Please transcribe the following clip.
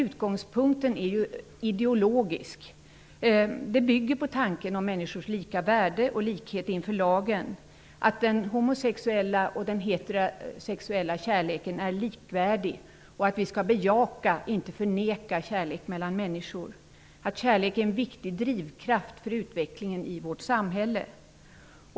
Utgångspunkten är ideologisk. Den bygger på tanken om människors lika värde och likhet inför lagen, att den homosexuella och den heterosexuella kärleken är likvärdig och att vi skall bejaka och inte förneka kärlek mellan människor. Kärlek är en viktig drivkraft för vårt samhälle.